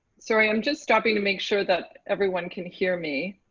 sorry, i'm just stopping to make sure that everyone can hear me.